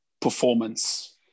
performance